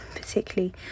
particularly